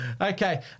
Okay